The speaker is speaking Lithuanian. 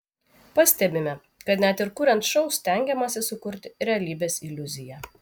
pastebime kad net ir kuriant šou stengiamasi sukurti realybės iliuziją